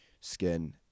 skin